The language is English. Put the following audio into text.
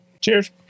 Cheers